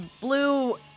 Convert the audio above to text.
blue